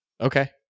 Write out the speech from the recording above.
Okay